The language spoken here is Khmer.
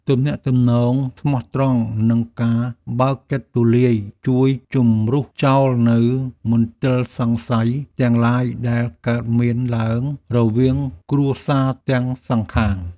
ទំនាក់ទំនងស្មោះត្រង់និងការបើកចិត្តទូលាយជួយជម្រុះចោលនូវមន្ទិលសង្ស័យទាំងឡាយដែលកើតមានឡើងរវាងគ្រួសារទាំងសងខាង។